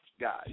guys